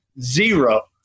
Zero